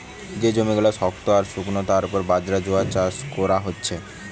যে জমি গুলা শুস্ক আর শুকনো তার উপর বাজরা, জোয়ার চাষ কোরা হচ্ছে